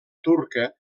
turca